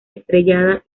estrellada